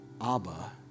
Abba